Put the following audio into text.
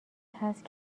هست